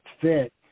fit